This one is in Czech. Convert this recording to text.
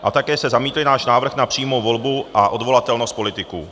A také jste zamítli náš návrh na přímou volbu a odvolatelnost politiků.